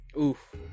oof